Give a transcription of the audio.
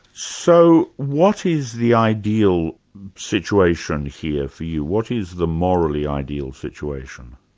so what is the ideal situation here for you? what is the morally ideal situation?